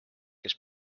kes